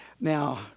Now